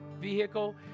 vehicle